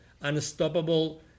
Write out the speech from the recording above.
unstoppable